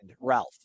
Ralph